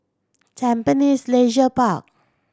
Tampines Leisure Park